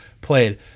played